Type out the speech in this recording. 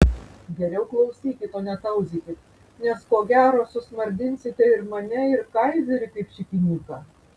geriau klausykit o ne tauzykit nes ko gero susmardinsite ir mane ir kaizerį kaip šikinyką